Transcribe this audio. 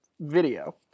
video